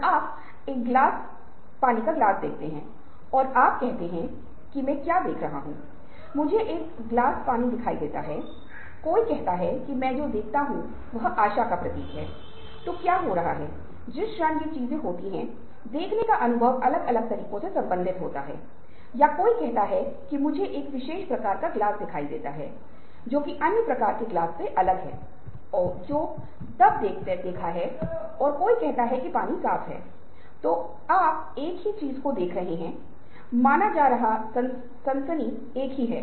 वे विभिन्न मॉडलों के साथ बाहर आए और प्रबंधन को मॉडल प्रस्तुत किए गए मॉडल को देखकर प्रबंधन ने निष्कर्ष निकाला कि छात्रों ने विचार प्रदान किए हैं लेकिन एक भी विचार नया नहीं है कि प्रबंधन ने विचार नहीं किया है